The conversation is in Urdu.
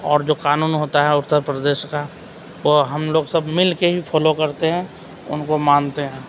اور جو قانون ہوتا ہے اتّر پردیش کا وہ ہم لوگ سب مل کے ہی فالو کرتے ہیں ان کو مانتے ہیں